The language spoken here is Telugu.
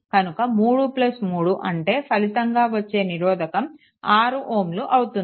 కనుక 33 అంటే ఫలితంగా వచ్చే నిరోధకం 6 Ω అవుతుంది